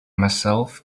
myself